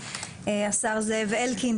השר זאב אלקין.